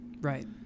Right